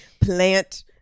plant